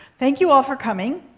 thank you all for coming.